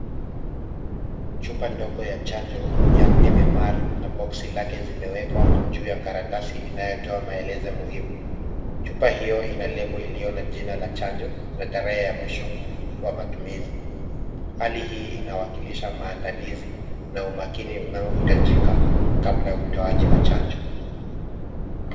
Chupa ndogo ya chanjo ya MMR na boksi lake zimewekwa juu ya karatasi inayotoa maelezo muhimu. Chupa hiyo ina lebo iliyo na jina la chanjo na tarehe ya mwisho wa matumizi, hali hii inawakilisha maandalizi na umakini unaohitajika kabla utoaji wa chanjo.